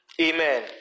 Amen